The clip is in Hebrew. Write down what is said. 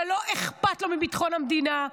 שלא אכפת לו מביטחון המדינה.